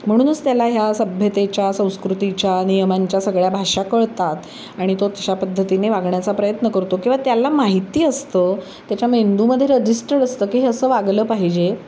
म्हणूनच त्याला ह्या सभ्यतेच्या संस्कृतीच्या नियमांच्या सगळ्या भाषा कळतात आणि तो तशा पद्धतीने वागण्याचा प्रयत्न करतो किंवा त्याला माहिती असतं त्याच्या मेंदूमध्ये रजिस्टर्ड असतं की हे असं वागलं पाहिजे